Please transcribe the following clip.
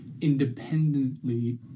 independently